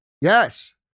Yes